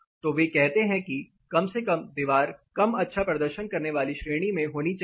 तो वे कहते हैं कि कम से कम दीवार 'कम अच्छा' प्रदर्शन वाली श्रेणी में होनी चाहिए